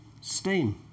Steam